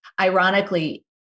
Ironically